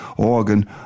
organ